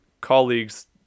colleagues